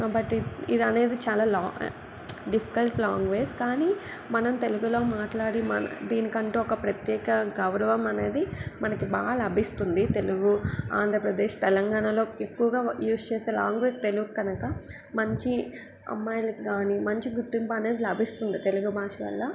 but ఇద్ ఇదనేది చాలా లాంగ్ డిఫికల్ట్ లాంగ్వేజ్ కానీ మనం తెలుగులో మాట్లాడి మన దీనికంటూ ఒక ప్రత్యేక గౌరవం అనేది మనకి బాగా లభిస్తుంది తెలుగు ఆంధ్రప్రదేశ్ తెలంగాణలో ఎక్కువగా యూస్ చేసే లాంగ్వేజ్ తెలుగు కనుక మంచి అమ్మాయిలకు కానీ మంచి గుర్తింపు అనేది లభిస్తుంది తెలుగు భాష వల్ల